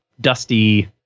dusty